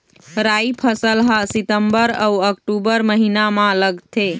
राई फसल हा सितंबर अऊ अक्टूबर महीना मा लगथे